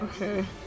Okay